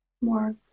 more